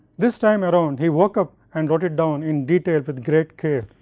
this time around he woke up and wrote it down in details with great care.